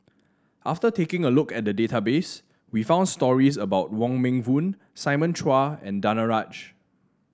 after taking a look at the database we found stories about Wong Meng Voon Simon Chua and Danaraj